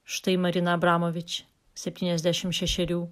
štai marina abramovič septyniasdešim šešerių